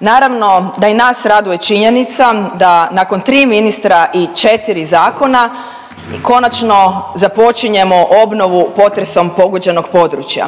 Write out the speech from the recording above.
Naravno da i nas raduje činjenica da nakon 3 ministra i 4 zakona konačno započinjemo obnovu potresom pogođenog područja.